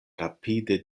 rapide